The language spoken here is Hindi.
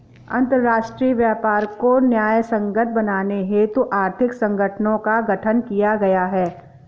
अंतरराष्ट्रीय व्यापार को न्यायसंगत बनाने हेतु आर्थिक संगठनों का गठन किया गया है